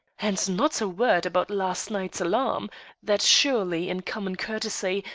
and not a word about last night's alarm that surely, in common courtesy,